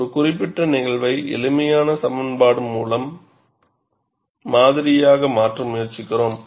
ஒரு குறிப்பிட்ட நிகழ்வை எளிமையான சமன்பாடு மூலம் மாதிரியாக மாற்ற முயற்சிக்கிறோம்